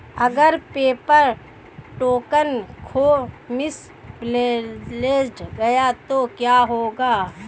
अगर paper token खो misplaced गया तो क्या होगा?